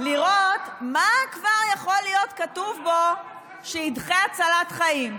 לראות מה כבר יכול להיות כתוב בו שידחה הצלת חיים.